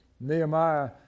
Nehemiah